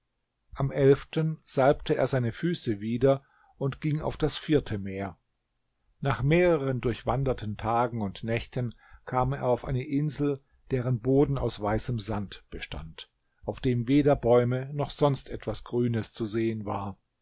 am elften salbte er seine füße wieder und ging auf das vierte meer nach mehreren durchwanderten tagen und nächten kam er auf eine insel deren boden aus weißem sand bestand auf dem weder bäume noch sonst etwas grünes zu sehen war